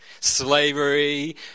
slavery